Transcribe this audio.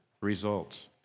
results